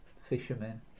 Fishermen